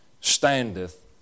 standeth